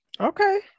Okay